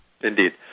indeed